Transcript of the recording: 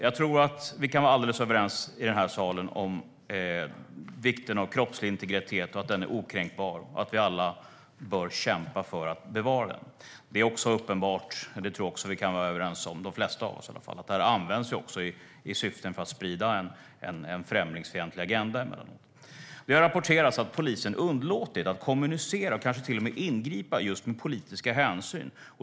Jag tror att vi kan vara alldeles överens i den här salen om att den kroppsliga integriteten är okränkbar och att vi alla bör kämpa för att bevara den. Det är också uppenbart, och det tror jag att de flesta av oss kan vara överens om, att det här emellanåt även används i syfte att sprida en främlingsfientlig agenda. Det har rapporterats att polisen underlåtit att kommunicera och kanske till och med ingripa utifrån politiska hänsyn.